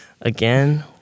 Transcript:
again